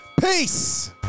Peace